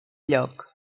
lloc